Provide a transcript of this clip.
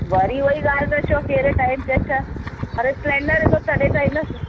वरी उहा ई ॻाल्हि था चओ कहिड़े टाइम ते अचां अड़े सिलेंडर ईंदो तॾहिं त ईंदुसि